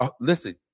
Listen